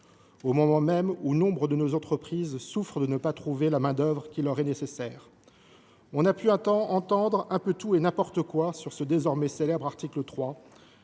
au moment même où nombre de nos entreprises souffrent de ne pas trouver la main d’œuvre qui leur est nécessaire. On a pu entendre un peu tout et n’importe quoi sur ce désormais célèbre article 3,